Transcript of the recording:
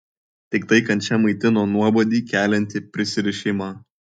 tiktai kančia maitino nuobodį keliantį prisirišimą